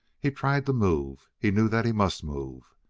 he tried to move he knew that he must move.